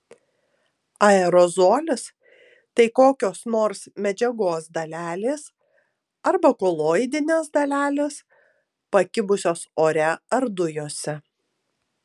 aerozolis tai kokios nors medžiagos dalelės arba koloidinės dalelės pakibusios ore ar dujose